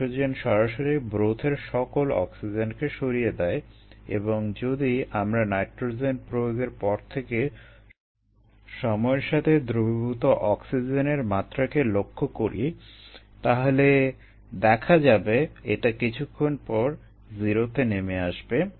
nitrogen সরাসরি ব্রথের সকল অক্সিজেনকে সরিয়ে দেয় এবং যদি আমরা নাইট্রোজেন প্রয়োগের পর থেকে সময়ের সাথে দ্রবীভূত অক্সিজেনের মাত্রাকে লক্ষ্য করি তাহলে দেখা যাবে এটা কিছুক্ষণ পর 0 তে নেমে আসবে